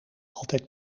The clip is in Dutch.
altijd